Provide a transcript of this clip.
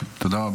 תודה רבה.